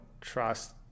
trust